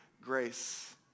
grace